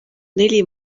neli